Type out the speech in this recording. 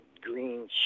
green